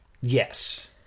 Yes